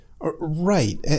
Right